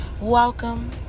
welcome